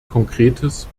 konkretes